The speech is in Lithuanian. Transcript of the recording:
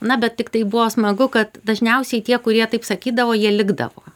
na bet tiktai buvo smagu kad dažniausiai tie kurie taip sakydavo jie likdavo